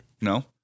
no